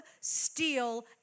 steal